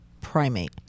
primate